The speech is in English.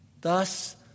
Thus